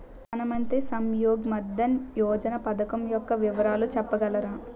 ప్రధాన మంత్రి శ్రమ్ యోగి మన్ధన్ యోజన పథకం యెక్క వివరాలు చెప్పగలరా?